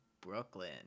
Brooklyn